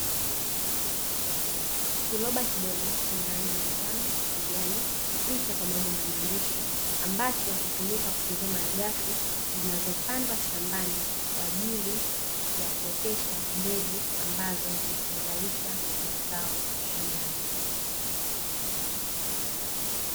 Kiroba kidogo chenye rangi ya njano, kijani, picha pamoja na maandishi, ambacho hutumika kutunzia malighafi zinazopandwa shambani, kwaajili ya kuotesha mbegu ambazo zitazalisha mazao shambani.